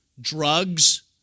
drugs